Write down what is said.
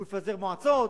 הוא יפזר מועצות.